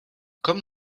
comme